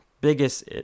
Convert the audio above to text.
Biggest